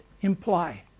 imply